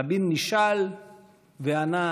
רבין נשאל וענה: